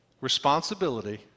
responsibility